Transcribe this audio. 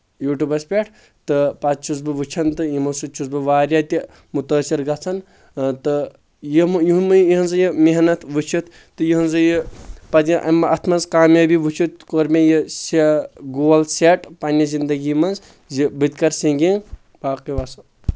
یوٗٹوٗبس پؠٹھ تہٕ پتہٕ چھُس بہٕ وٕچھان تہٕ یِمو سۭتۍ چھُس بہٕ واریاہ تہِ مُتٲثر گژھان تہٕ یِم یِہٕنٛزٕ یہِ محنت وُچھِتھ تہٕ یِہٕنٛزٕے یہِ پتہٕ اتھ منٛز کامیٲبی وُچھِتھ کوٚر مےٚ یہِ گول سیٹ پنٕنہِ زنٛدگی منٛز زِ بہٕ تہِ کرٕ سِنٛگِنٛگ باقٕے وَس